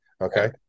okay